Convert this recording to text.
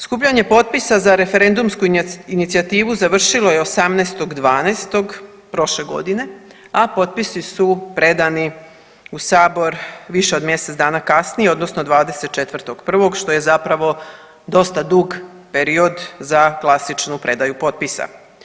Skupljanje potpisa za referendumsku inicijativu završilo je 18.12. prošle godine, a potpisi su predani u sabor više od mjesec dana kasnije odnosno 24.1. što je zapravo dosta dug period za klasičnu predaju potpisa.